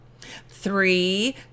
three